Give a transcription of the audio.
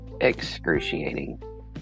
excruciating